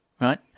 Right